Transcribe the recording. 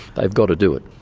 they've got to do it.